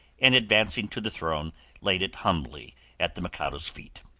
and advancing to the throne laid it humbly at the mikado's feet.